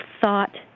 thought